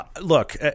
look